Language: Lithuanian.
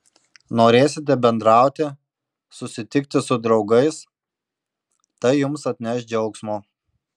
norėsite bendrauti susitikti su draugais tai jums atneš džiaugsmo